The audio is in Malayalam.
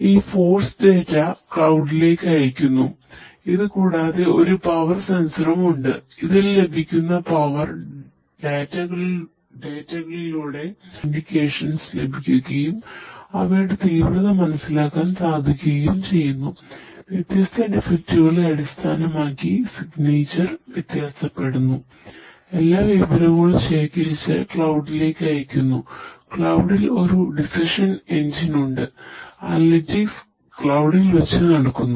ഈ ഫോഴ്സ് ഡാറ്റവ്യത്യാസപ്പെടുന്നു എല്ലാ വിവരങ്ങളും ശേഖരിച്ച് ക്ളൌഡിലേക്ക് വെച്ചു നടക്കുന്നു